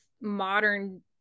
modern